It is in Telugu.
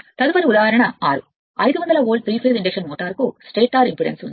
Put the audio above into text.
తదుపరి ఉదాహరణ 6 500 వోల్ట్ 3 ఫేస్ ఇండక్షన్ మోటారుకు స్టేటర్ ఇంపిడెన్స్ఉంది